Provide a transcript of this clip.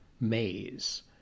maze